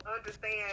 understand